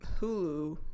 Hulu